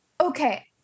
Okay